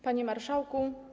Panie Marszałku!